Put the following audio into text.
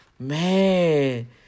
Man